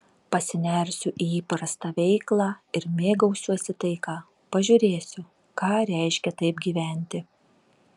pasinersiu į įprastą veiklą ir mėgausiuosi taika pažiūrėsiu ką reiškia taip gyventi